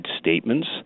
statements